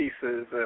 pieces